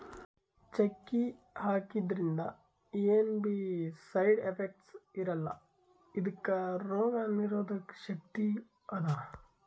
ಚಕ್ಕಿ ಹಾಕಿದ್ರಿಂದ ಏನ್ ಬೀ ಸೈಡ್ ಎಫೆಕ್ಟ್ಸ್ ಇರಲ್ಲಾ ಇದಕ್ಕ್ ರೋಗ್ ನಿರೋಧಕ್ ಶಕ್ತಿ ಅದಾ